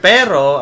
Pero